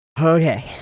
Okay